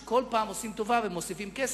כשכל פעם עושים טובה ומוסיפים כסף,